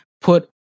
put